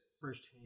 firsthand